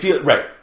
Right